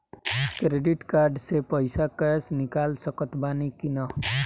Credit card से पईसा cash निकाल सकत बानी की ना?